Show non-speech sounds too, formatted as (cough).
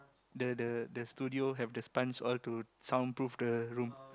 the the the studio have the sponge all to soundproof the room (noise)